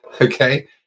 Okay